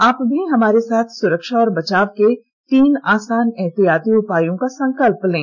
आप भी हमारे साथ सुरक्षा और बचाव के तीन आसान एहतियाती उपायों का संकल्प लें